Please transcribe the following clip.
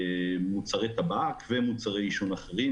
מוצרי טבק ומוצרי עישון אחרים.